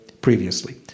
previously